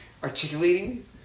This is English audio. articulating